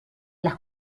las